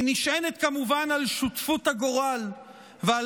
היא נשענת כמובן על שותפות הגורל ועל